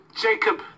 Jacob